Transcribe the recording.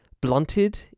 blunted